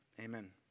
amen